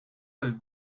del